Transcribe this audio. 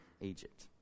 egypt